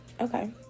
Okay